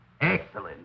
Excellent